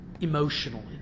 Emotionally